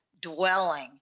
dwelling